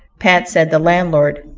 pat, said the landlord,